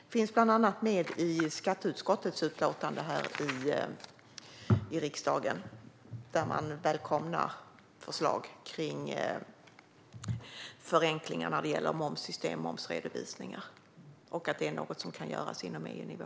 Den finns bland annat med i skatteutskottets utlåtande i riksdagen, där utskottet välkomnar förslag om förenklingar när det gäller momssystem och momsredovisningar och anser att det är något som kan göras på EU-nivå.